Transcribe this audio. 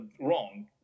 wrong